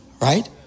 right